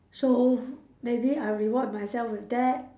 so maybe I will reward myself with that